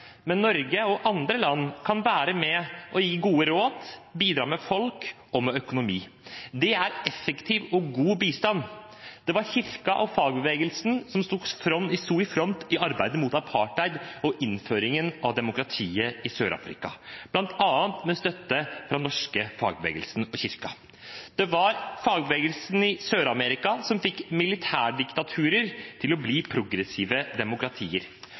Men Norge og andre land kan være med og gi gode råd, bidra med folk og med økonomi. Det er effektiv og god bistand. Det var kirken og fagbevegelsen som stod i front i arbeidet mot apartheid og med innføringen av demokratiet i Sør-Afrika, blant annet med støtte fra den norske fagbevegelsen og kirken. Det var fagbevegelsen i Sør-Amerika som fikk militærdiktaturer til å bli progressive demokratier.